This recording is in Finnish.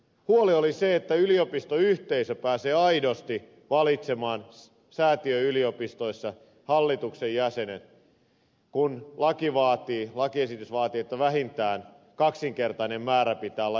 huoli oli se että yliopistoyhteisö pääsee aidosti valitsemaan säätiöyliopistoissa hallituksen jäsenet kun lakiesitys vaatii että vähintään kaksinkertainen määrä pitää olla ehdokkaita